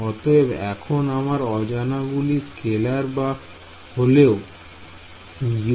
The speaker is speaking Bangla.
অতএব এখন আমার অজানা গুলি স্কেলার যা হলো U1U2 ও U3